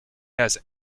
has